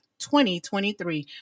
2023